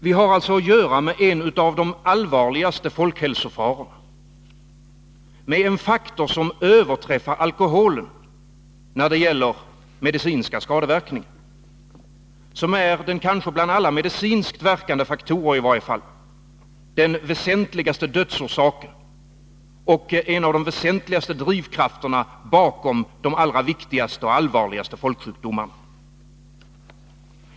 Vi har alltså att göra med en av de allvarligaste folkhälsofarorna. Rökningen överträffar alkoholen när det gäller medicinska skadeverkningar och är, i varje fall bland alla medicinskt verkande faktorer, kanske den väsentligaste dödsorsaken och en av de främsta drivkrafterna bakom de allra viktigaste och allvarligaste folksjukdomarna.